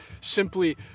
simply